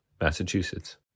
Massachusetts